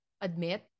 admit